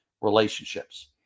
relationships